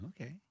Okay